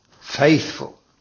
faithful